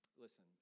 Listen